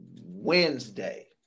Wednesday